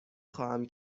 خواهم